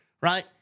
right